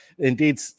Indeed